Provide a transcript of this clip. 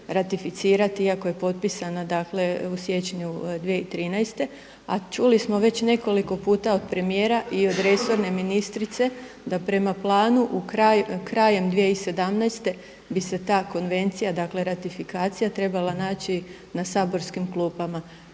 ratificirati iako je potpisana u siječnju 2013., a čuli smo već nekoliko puta od premijera i od resorne ministrice da prema planu krajem 2017. bi se ta konvencija dakle ratifikacija trebala naći na saborskim klupama.